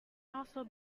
also